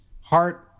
Heart